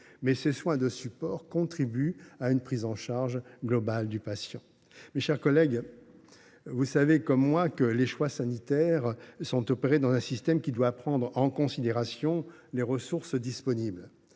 ces soins contribuent à une prise en charge globale du patient. Mes chers collègues, vous le savez comme moi, les choix sanitaires sont opérés dans un système qui doit prendre en considération les ressources disponibles.